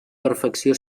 perfecció